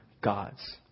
gods